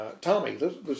Tommy